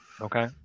okay